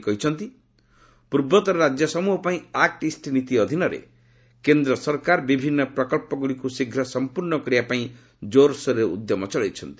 ସେ କହିଛନ୍ତି ପ୍ରର୍ବତ୍ତର ରାଜ୍ୟ ସମ୍ବହ ପାଇଁ ଆକ୍ ଇଷ୍ଟ ନୀତି ଅଧୀନରେ କେନ୍ଦ୍ର ସରକାର ବିଭିନ୍ନ ପ୍ରକଳ୍ପଗୁଡ଼ିକ୍ ଶୀଘ୍ର ସମ୍ପର୍ଶ୍ଣ କରିବା ପାଇଁ କୋର୍ସୋର୍ରେ ଉଦ୍ୟମ ଚଳେଇଛନ୍ତି